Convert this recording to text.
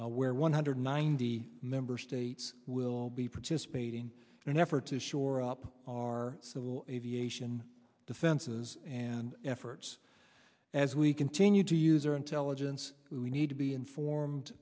where one hundred ninety member states will be participating in an effort to shore up our civil aviation defenses and efforts as we continue to use our intelligence we need to be informed